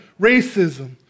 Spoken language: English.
racism